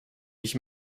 ich